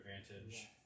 advantage